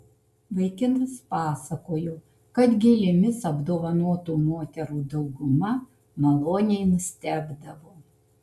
vaikinas pasakojo kad gėlėmis apdovanotų moterų dauguma maloniai nustebdavo